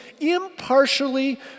impartially